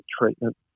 treatment